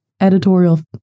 editorial